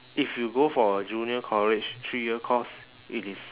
if you go for a junior college three year course it is